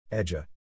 Edja